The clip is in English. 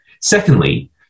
Secondly